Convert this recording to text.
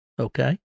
Okay